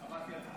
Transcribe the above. עבדתי על זה.